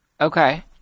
okay